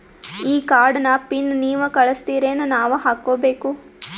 ಈ ಕಾರ್ಡ್ ನ ಪಿನ್ ನೀವ ಕಳಸ್ತಿರೇನ ನಾವಾ ಹಾಕ್ಕೊ ಬೇಕು?